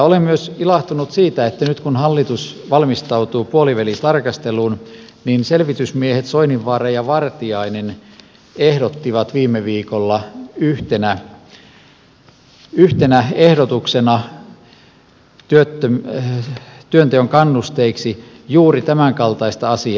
olen myös ilahtunut siitä että nyt kun hallitus valmistautuu puolivälitarkasteluun niin selvitysmiehet soininvaara ja vartiainen ehdottivat viime viikolla yhtenä ehdotuksena työnteon kannusteiksi juuri tämänkaltaista asiaa